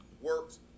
works